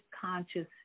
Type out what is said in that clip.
conscious